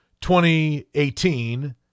2018